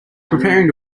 preparing